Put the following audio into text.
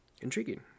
Intriguing